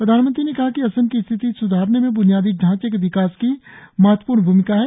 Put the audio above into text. प्रधानमंत्री ने कहा कि असम की स्थिति सुधारने में बुनियादी ढांचे के विकास की महत्वपूर्ण भूमिका है